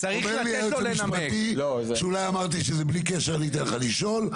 אומר לי היועץ המשפטי שאולי אמרתי שבלי קשר אני אתן לך לשאול.